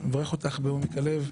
אני מברך אותך בעומק הלב,